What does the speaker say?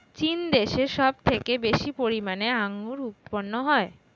চীন দেশে সব থেকে বেশি পরিমাণে আঙ্গুর উৎপন্ন হয়